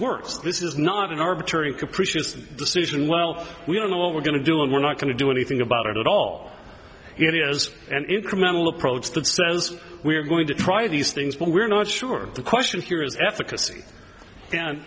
works this is not an arbitrary and capricious decision well we don't know what we're going to do and we're not going to do anything about it at all it is an incremental approach that says we're going to try these things but we're not sure the question here is efficacy